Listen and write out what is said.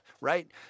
right